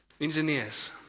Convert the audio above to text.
Engineers